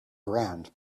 ground